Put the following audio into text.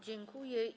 Dziękuję.